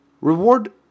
Reward